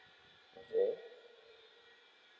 okay